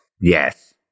Yes